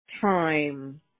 time